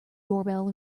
doorbell